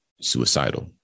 suicidal